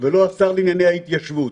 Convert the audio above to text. ולא השר לענייני ההתיישבות.